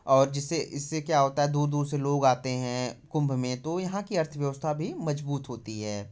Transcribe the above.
और जिससे इससे क्या होता है दूर दूर से लोग आते हैं कुम्भ में तो यहाँ की अर्थव्यवस्था भी मजबूत होती है